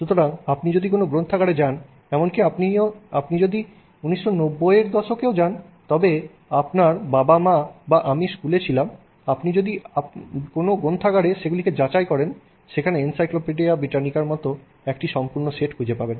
সুতরাং আপনি যদি কোন গ্রন্থাগারে যান এমনকি যদি আপনিও 1990 এর দশকে যান যখন আপনার বাবা মা বা আমি স্কুলে ছিলাম আপনি যদি আপনি যদি কোন গ্রন্থাগারে সেগুলিকে যাচাই করেন সেখানে এনসাইক্লোপিডিয়া ব্রিটানিকার একটি সম্পূর্ণ সেট খুঁজে পাবেন